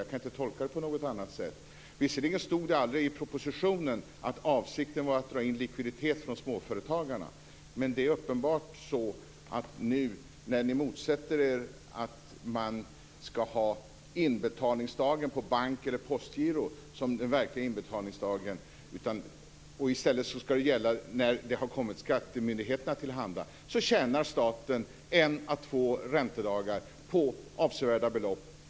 Jag kan inte tolka det på något annat sätt. Visserligen stod det aldrig i propositionen att avsikten var att dra in likviditet från småföretagarna, men det är uppenbart att staten tjänar en á två räntedagar och avsevärda belopp när man nu motsätter sig att inbetalningsdagen på bank eller postgiro skall gälla som den verkliga inbetalningsdagen. I stället skall det datum som pengarna har kommit skattemyndigheterna till handa gälla.